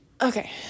okay